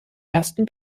ersten